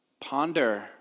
ponder